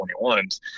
2021s